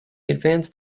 advanced